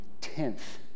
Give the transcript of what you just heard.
Tenth